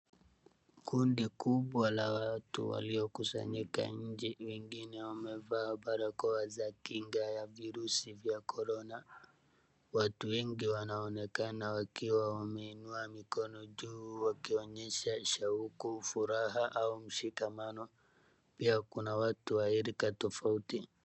Kundi kubwa la watu waliokusanyika nje. Wengine wamevaa barakoa za kinga ya virusi vya Corona. Watu wengi wanaonekana wakiwa wameinua mikono juu wakionyesha shauku, furaha au mshikamano. Pia kuna watu wa rika tofauti.